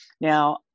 Now